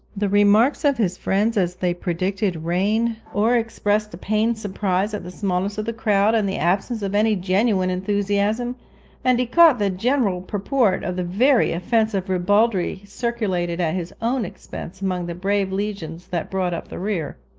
the remarks of his friends as they predicted rain, or expressed a pained surprise at the smallness of the crowd and the absence of any genuine enthusiasm and he caught the general purport of the very offensive ribaldry circulated at his own expense among the brave legions that brought up the rear.